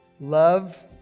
Love